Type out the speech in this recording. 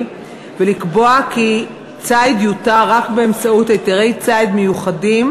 ולקבוע כי ציד יותר רק באמצעות היתרי ציד מיוחדים